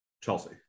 Chelsea